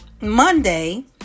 Monday